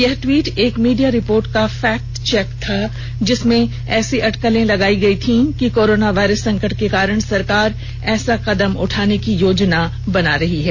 यह ट्वीट एक media report का फैक्ट चेक था जिसमें ऐसी अटकल लगाई गई थी कि कोरोना वायरस संकट के कारण सरकार ऐसा कदम उठाने की योजना बना रही है